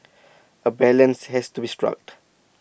A balance has to be struck